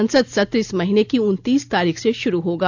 संसद सत्र इस महीने की उनतीस तारीख से शुरू होगा